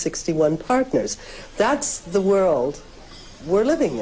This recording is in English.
sixty one partners that's the world we're living